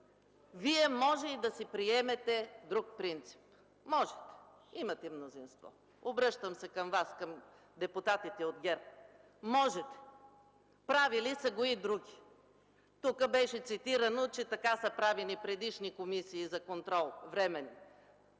Вие можете да си приемете друг принцип – можете, имате мнозинство. Обръщам се към депутатите от ГЕРБ – можете, правили са го и други. Тук беше цитирано, че така са правени предишни временни комисии за контрол – на